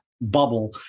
bubble